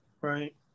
right